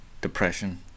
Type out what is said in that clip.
depression